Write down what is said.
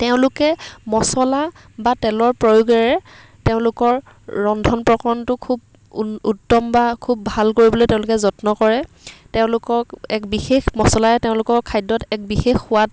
তেওঁলোকে মচলা বা তেলৰ প্ৰয়োগেৰে তেওঁলোকৰ ৰন্ধন প্ৰকৰণটো খুব উন উত্তম বা খুব ভাল কৰিবলৈ তেওঁলোকে যত্ন কৰে তেওঁলোকক এক বিশেষ মচলাৰে তেওঁলোকৰ খাদ্যত এক বিশেষ সোৱাদ